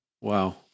Wow